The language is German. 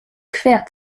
quer